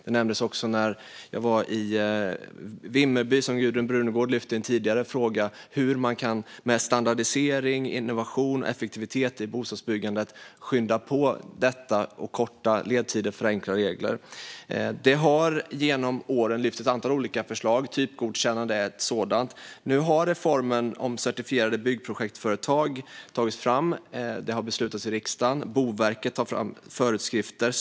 Det nämndes också när jag var i Vimmerby, som Gudrun Brunegård lyfte i en tidigare fråga, hur man med standardisering, innovation och effektivitet i bostadsbyggandet kan skynda på detta, korta ledtider och förenkla regler. Det har genom åren lyfts ett antal olika förslag. Typgodkännande är ett sådant. Nu har reformen om certifierade byggprojektföretag tagits fram. Den har beslutats om i riksdagen. Boverket har tagit fram föreskrifter.